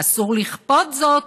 ואסור לכפות זאת